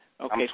Okay